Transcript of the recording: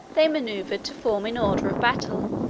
they maneuvered to form in order of battle,